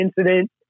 incident